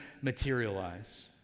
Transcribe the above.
materialize